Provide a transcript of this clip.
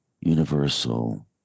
universal